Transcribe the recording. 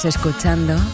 escuchando